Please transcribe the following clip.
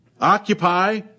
Occupy